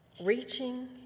Reaching